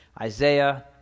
Isaiah